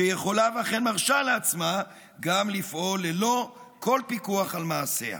שיכולה ואכן מרשה לעצמה גם לפעול ללא כל פיקוח על מעשיה.